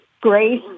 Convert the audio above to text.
grace